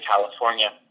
California